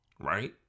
right